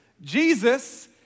Jesus